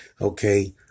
Okay